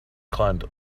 climbed